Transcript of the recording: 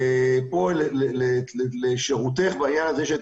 ופה לשירותך בעניין הזה יש את